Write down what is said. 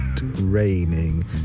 raining